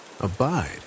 abide